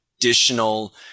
additional